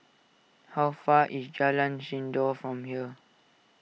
how far away is Jalan Sindor from here